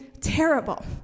terrible